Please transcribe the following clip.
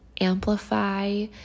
amplify